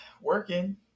working